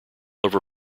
over